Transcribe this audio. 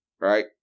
right